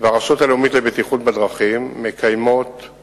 והרשות הלאומית לבטיחות בדרכים מקיימים